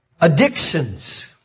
Addictions